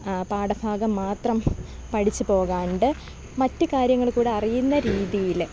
പാഠഭാഗം മാത്രം പഠിച്ചു പോകാണ്ട് മറ്റു കാര്യങ്ങൾ കൂടെ അറിയുന്ന രീതിയിൽ